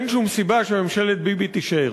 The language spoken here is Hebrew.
אין שום סיבה שממשלת ביבי תישאר.